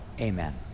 Amen